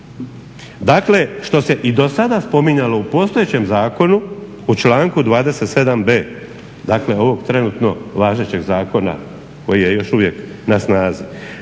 Dakle, što se i do sada spominjalo u postojećem zakonu u članku 27.b, dakle ovog trenutno važećeg zakona koji je još uvijek na snazi.